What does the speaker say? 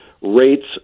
rates